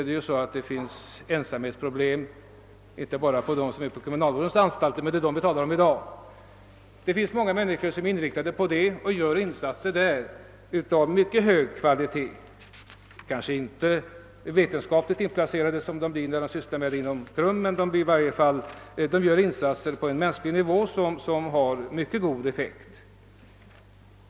Det finns visserligen ensamhetlsproblem inte bara för dem som är intagna på kriminalvårdens anstalter, men det är inte dessa andra som vi talar om i dag. Många människor som är engagerade i detta arbete gör insatser av mycket hög kvalitet. Dessa insatser är visserligen inte vetenskapligt inplacerade på det sätt som man ger sken av inom KRUM, men det är fråga om insatser som ligger på en hög nivå och har mycket god effekt.